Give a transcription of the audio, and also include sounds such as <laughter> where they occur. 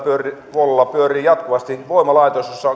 puolella pyörii jatkuvasti voimalaitos jossa <unintelligible>